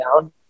down